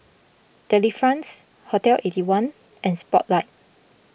Delifrance Hotel Eighty One and Spotlight